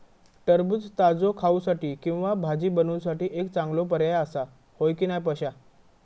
टरबूज ताजो खाऊसाठी किंवा भाजी बनवूसाठी एक चांगलो पर्याय आसा, होय की नाय पश्या?